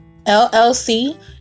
LLC